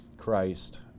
christ